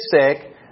sick